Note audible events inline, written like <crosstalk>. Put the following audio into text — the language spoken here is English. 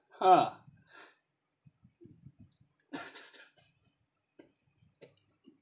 !huh! <laughs>